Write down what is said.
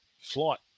flight